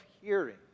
hearing